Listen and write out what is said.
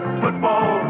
football